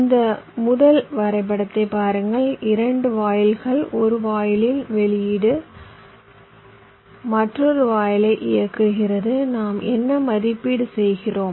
இந்த முதல் வரைபடத்தைப் பாருங்கள் 2 வாயில்கள் 1 வாயிலின் வெளியீடு மற்றொரு வாயிலை இயக்குகிறது நாம் என்ன மதிப்பீடு செய்கிறோம்